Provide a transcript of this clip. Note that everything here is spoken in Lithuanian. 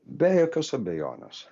be jokios abejonės